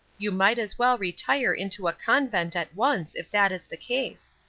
you might as well retire into a convent at once, if that is the case.